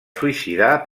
suïcidar